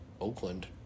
Oakland